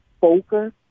focus